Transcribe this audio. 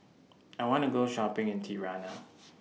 I want to Go Shopping in Tirana